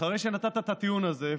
שאחרי שנתת את הטיעון הזה,